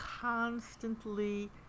constantly